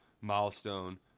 milestone